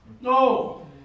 No